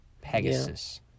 Pegasus